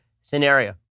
scenario